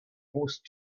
forced